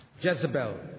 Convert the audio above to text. Jezebel